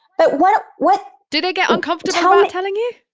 but what, what? do they get uncomfortable about telling you?